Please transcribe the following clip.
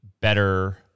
better